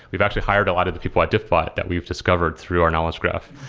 we've actually hired a lot of the people at diffbot that we've discovered through our knowledge graph,